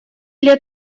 лет